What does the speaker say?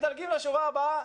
מדלגים לשורה הבאה,